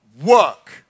work